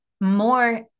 more